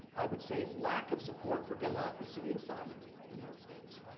i would say lack of support for democracy and sovereignty in arab states.